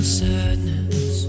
sadness